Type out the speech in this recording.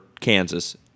Kansas